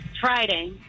Friday